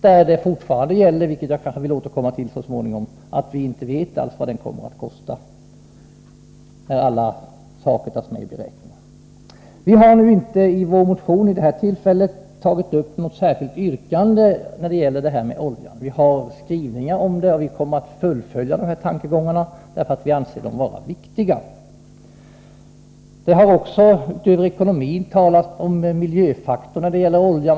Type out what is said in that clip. Därvid gäller fortfarande — vilket jag kanske skall återkomma till så småningom -— att vi inte alls vet vad den kommer att kosta när alla faktorer tas med i beräkningen. Vi har nu inte i vår motion vid detta tillfälle tagit upp något särskilt yrkande när det gäller oljan. Vi har skrivningar om det, och vi kommer att fullfölja dessa tankegångar därför att vi anser dem vara viktiga. Det har också utöver ekonomin talats om miljöfaror när det gäller oljan.